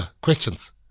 questions